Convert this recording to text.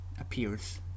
appears